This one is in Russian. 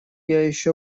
еще